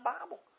Bible